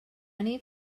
need